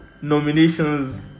nominations